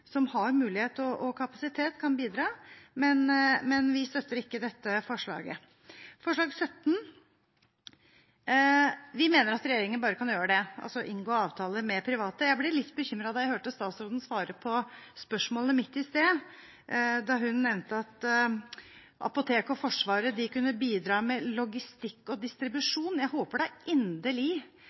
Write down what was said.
som har mulighet og kapasitet, kan bidra, men vi støtter ikke dette forslaget. Forslag nr. 17: Vi mener at regjeringen bare kan gjøre det, altså inngå avtaler med private. Jeg ble litt bekymret da jeg hørte statsråden svare på spørsmålet mitt i sted, da hun nevnte at apoteker og Forsvaret kunne bidra med logistikk og distribusjon. Jeg håper da inderlig